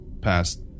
past